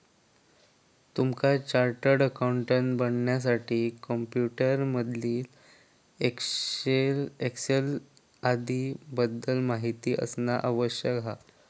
तुमका chartered accountant बनण्यासाठी computer मधील एक्सेल आदीं बद्दल माहिती असना आवश्यक हा